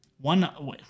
one